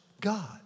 God